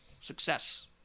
success